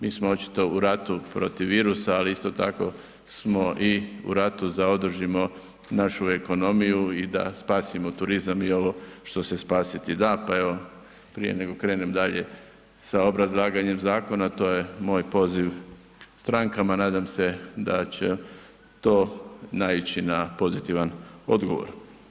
Mi smo očito u ratu protiv virusa, ali isto tako smo i u ratu za održimo našu ekonomiju i da spasimo turizam i ovo što se spasiti da, pa evo, prije nego krenem dalje sa obrazlaganjem zakona, to je moj poziv strankama, nadam se da će to naići na pozitivan odgovor.